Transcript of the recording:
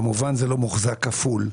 כמובן זה לא מוחזק כפול,